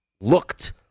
looked